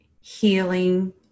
healing